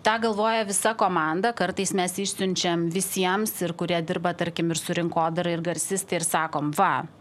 tą galvoja visa komanda kartais mes išsiunčiam visiems ir kurie dirba tarkim ir su rinkodara ir garsistai ir sakom va